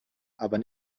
aber